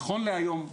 נכון להיום,